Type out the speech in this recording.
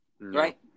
Right